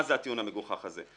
מה זה הטיעון המגוחך הזה?